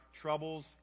troubles